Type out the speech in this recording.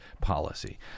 policy